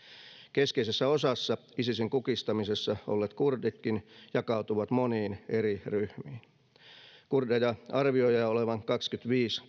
keskeisessä osassa isisin kukistamisessa olleet kurditkin jakautuvat moniin eri ryhmiin kurdeja arvioidaan olevan kaksikymmentäviisi